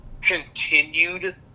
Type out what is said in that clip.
continued